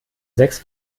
sechs